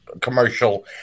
commercial